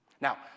Now